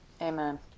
amen